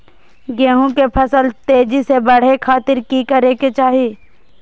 गेहूं के फसल तेजी से बढ़े खातिर की करके चाहि?